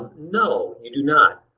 no. you do not.